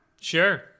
Sure